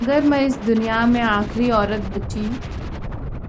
اگر میں اس دنیا میں آخری عورت بچی